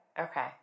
Okay